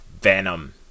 venom